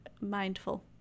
mindful